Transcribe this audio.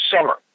summer